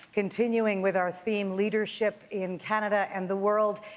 continuing with our theme leadership in canada and the world,